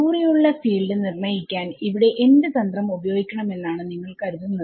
ദൂരെ ഉള്ള ഫീൽഡ് നിർണ്ണയിക്കാൻ ഇവിടെ എന്ത് തന്ത്രം ഉപയോഗിക്കണമെന്നാണ് നിങ്ങൾ കരുതുന്നത്